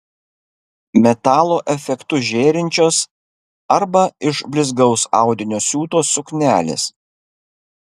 metalo efektu žėrinčios arba iš blizgaus audinio siūtos suknelės